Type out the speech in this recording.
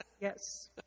yes